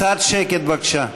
קצת שקט בבקשה.